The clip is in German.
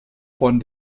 von